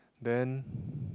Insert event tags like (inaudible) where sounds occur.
then (breath)